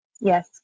Yes